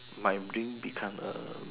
my dream become a